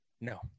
No